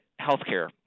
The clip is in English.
healthcare